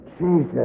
Jesus